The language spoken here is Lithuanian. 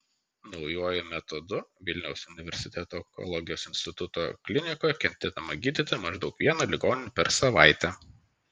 naujuoju metodu vilniaus universiteto onkologijos instituto klinikoje ketinama gydyti maždaug vieną ligonį per savaitę